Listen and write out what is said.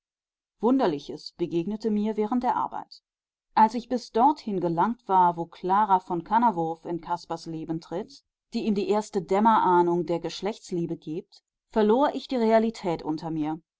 wunderliches begegnete mir während der arbeit als ich bis dorthin gelangt war wo clara von kannawurf in caspars leben tritt die ihm die erste dämmerahnung der geschlechtsliebe gibt verlor ich die realität unter mir